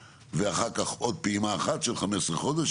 ואחר כך עוד פעימה אחת של 15 חודש,